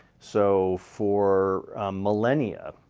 so for millennia,